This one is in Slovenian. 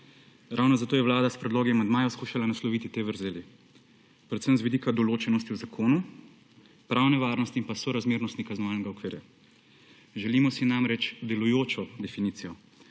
Ravno zato je Vlada s predlogi amandmajev skušala nasloviti te vrzeli, predvsem z vidika določenosti v zakonu, pravne varnosti in pa sorazmernosti kaznovalnega okvirja. Želimo si namreč delujočo definicijo,